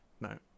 No